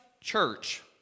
church